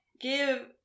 give